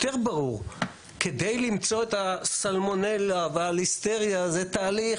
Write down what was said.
כדי למצוא את הסלמונלה והליסטריה זה תהליך